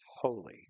holy